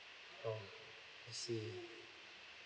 oh I see